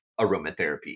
aromatherapy